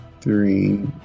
three